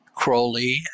Crowley